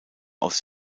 aus